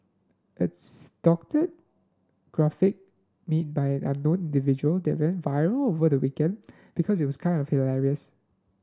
it's doctored graphic made by unknown individual that went viral over the weekend because it was kinda hilarious